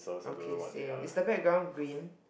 okay same is the background green